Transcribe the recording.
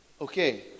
okay